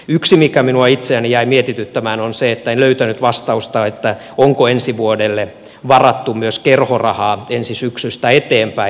yksi mikä minua itseäni jäi mietityttämään on se että en löytänyt vastausta siihen onko ensi vuodelle varattu myös kerhorahaa ensi syksystä eteenpäin